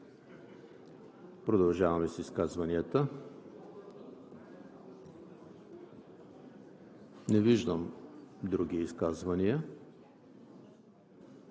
Продължаваме с изказванията. Не виждам други изказвания.